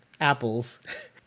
apples